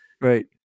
right